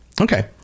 Okay